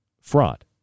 fraud